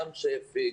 גם שפ"י,